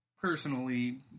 personally